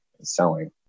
Selling